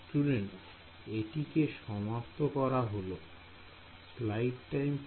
Student এটিকে সমাপ্ত করা হলো